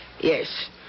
Yes